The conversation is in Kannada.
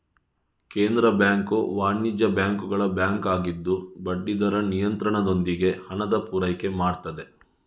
ಕೇಂದ್ರ ಬ್ಯಾಂಕು ವಾಣಿಜ್ಯ ಬ್ಯಾಂಕುಗಳ ಬ್ಯಾಂಕು ಆಗಿದ್ದು ಬಡ್ಡಿ ದರ ನಿಯಂತ್ರಣದೊಂದಿಗೆ ಹಣದ ಪೂರೈಕೆ ಮಾಡ್ತದೆ